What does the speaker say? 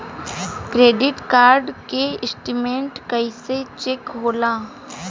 Credit card के statement कइसे check होला?